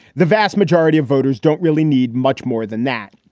the vast majority of voters don't really need much more than that.